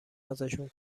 ازشون